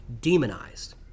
demonized